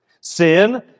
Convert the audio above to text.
Sin